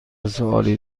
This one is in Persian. سوالی